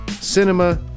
cinema